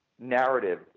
narrative